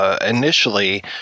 initially